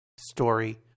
story